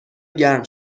گرم